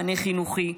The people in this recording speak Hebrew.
מענה חינוכי.